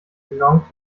belong